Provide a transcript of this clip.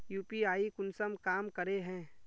UPI कुंसम काम करे है?